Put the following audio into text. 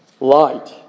light